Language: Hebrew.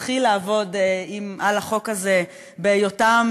שהתחיל לעבוד על החוק הזה בהיותם,